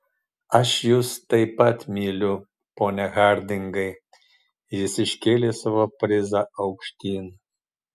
aš jus taip pat myliu pone hardingai jis iškėlė savo prizą aukštyn